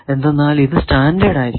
എന്തെന്നാൽ ഇത് സ്റ്റാൻഡേർഡ് ആയിരിക്കണം